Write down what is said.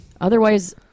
Otherwise